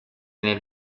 nel